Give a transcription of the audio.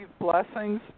blessings